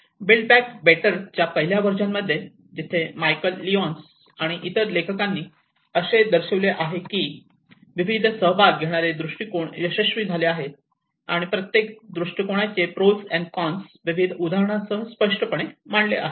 build back better च्या पहिल्या version मध्ये जिथे मायकेल लिओन्स आणि इतर लेखकांनी असे दर्शविले आहे की विविध सहभाग घेणारे दृष्टिकोन यशस्वी झाले आहेत आणि प्रत्येक दृष्टिकोनाची प्रोस अँड कॉन्स विविध उदाहरणासह स्पष्टपणे मांडली आहेत